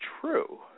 true